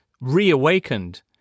reawakened